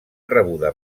rebuda